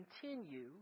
continue